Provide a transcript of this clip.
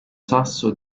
sasso